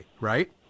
right